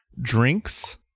drinks